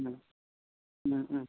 औ